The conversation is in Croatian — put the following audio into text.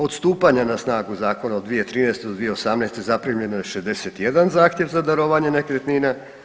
Od stupanja na snagu zakona od 2013. do 2018. zaprimljeno je 61 zahtjev za darovanje nekretnina.